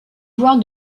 voir